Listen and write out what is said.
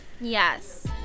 Yes